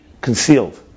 concealed